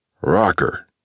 Rocker